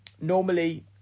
normally